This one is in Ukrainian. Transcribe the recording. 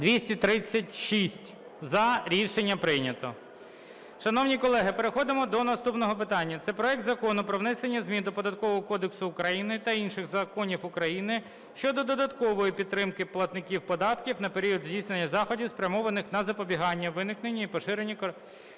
За-236 Рішення прийнято. Шановні колеги, переходимо до наступного питання, це проект Закону про внесення змін до Податкового кодексу України та інших законів України щодо додаткової підтримки платників податків на період здійснення заходів, спрямованих на запобігання виникнення і поширення коронавірусної